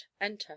enter